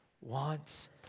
wants